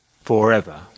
forever